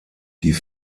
die